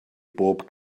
bob